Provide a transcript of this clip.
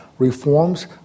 Reforms